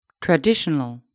Traditional